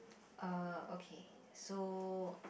uh okay so